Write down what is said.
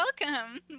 welcome